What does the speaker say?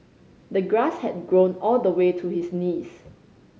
the grass had grown all the way to his knees